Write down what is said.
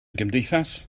gymdeithas